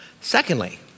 Secondly